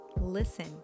listen